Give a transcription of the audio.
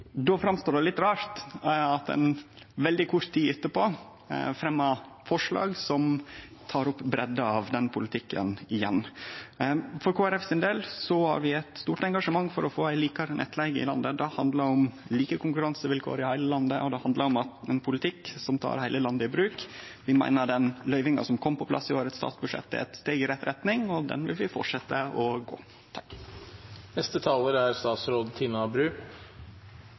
Då er det litt rart at ein veldig kort tid etterpå fremjar forslag som tek opp igjen breidda av den politikken. For Kristeleg Folkeparti sin del har vi eit stort engasjement for å få likare nettleige i landet. Det handlar om like konkurransevilkår i heile landet, og det handlar om ein politikk som tek heile landet i bruk. Vi meiner den løyvinga som kom på plass i årets statsbudsjett, er eit steg i rett retning, og det vil vi